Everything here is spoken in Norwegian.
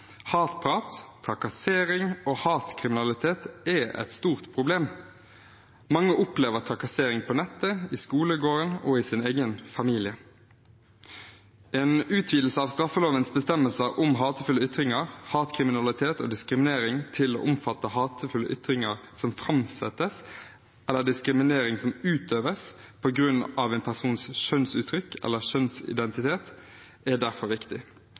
Hatprat, trakassering og hatkriminalitet er et stort problem. Mange opplever trakassering på nettet, i skolegården og i sin egen familie. En utvidelse av straffelovens bestemmelser om hatefulle ytringer, hatkriminalitet og diskriminering til å omfatte hatefulle ytringer som framsettes, eller diskriminering som utøves på grunn av en persons kjønnsuttrykk eller kjønnsidentitet, er derfor viktig.